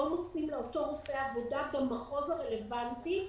מוצאים לאותו רופא עבודה במחוז הרלוונטי,